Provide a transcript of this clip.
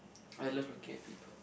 I love looking at people